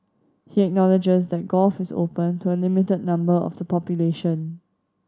he acknowledges that golf is open to a limited number of the population